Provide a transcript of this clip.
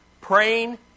Praying